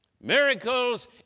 Miracles